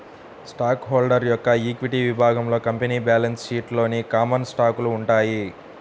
stock holder యొక్క equity విభాగంలో company balance షీట్లోని కామన్ స్టాకులు ఉంటాయి